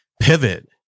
pivot